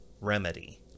remedy